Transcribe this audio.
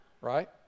right